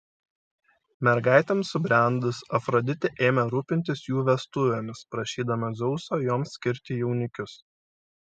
mergaitėms subrendus afroditė ėmė rūpintis jų vestuvėmis prašydama dzeuso joms skirti jaunikius